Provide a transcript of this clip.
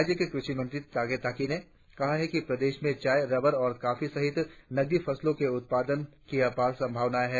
राज्य के कृषि मंत्री तागे ताकी ने कहा है कि प्रदेश में चाय रबड़ और कॉफी सहित नगदी फसलों के उत्पादन की अपार संभावनाएं है